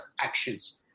actions